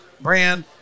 brand